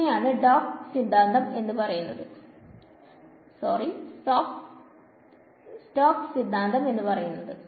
ഇതിനെ ആണ് സോക്സ് സിദ്ധാന്തം എന്നറിയപ്പെടുന്നത്